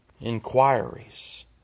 inquiries